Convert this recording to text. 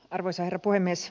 arvoisa herra puhemies